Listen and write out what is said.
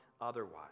otherwise